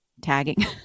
tagging